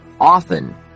often